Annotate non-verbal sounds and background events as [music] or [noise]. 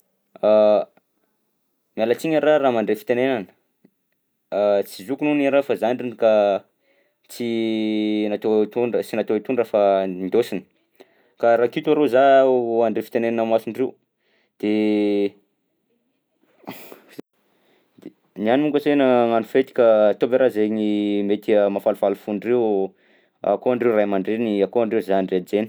[hesitation] Miala tsiny araha raha mandray fitenenana [hesitation] tsy zokony hono araha fa zandriny ka tsy natao hitondra sy natao hitondra fa indôsina ka raha aketo arô zaho andray fitenenana amason-dreo de [noise] de niany monko ansena hagnano fety ka ataovy araha zaigny mety a mahafalifaly fon-dreo, ao koa andreo ray aman-dreny ao koa andreo zandry hajaina.